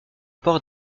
port